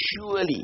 surely